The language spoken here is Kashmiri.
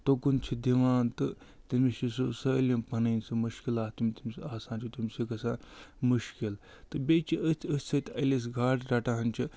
توکٕن چھِ دِوان تہٕ تٔمِس چھِ سُہ سٲلِم پَنٕنۍ سُہ مُشکِلات یِم تٔمِس آسان چھِ تٔمِس چھِ گژھان مُشکِل تہٕ بیٚیہِ چھِ أتھۍ أسۍ سۭتۍ ألہِ أسۍ گاڈٕ رٹان چھِ